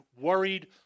worried